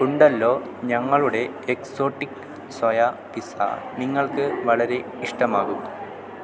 ഉണ്ടല്ലോ ഞങ്ങളുടെ exotic soya pizza നിങ്ങൾക്ക് വളരെ ഇഷ്ടമാകും